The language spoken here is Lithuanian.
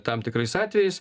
tam tikrais atvejais